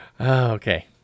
Okay